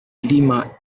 lima